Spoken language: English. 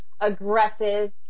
aggressive